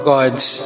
God's